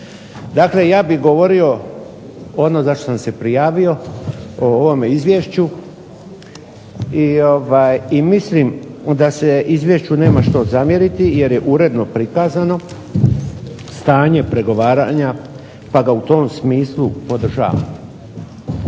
Dakle ja bih govorio ono za što sam se prijavio, o ovome izvješću, i mislim da se izvješću nema što zamjeriti jer je uredno prikazano, stanje pregovaranja pa ga u tom smislu podržavam.